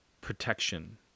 protection